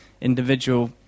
individual